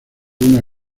una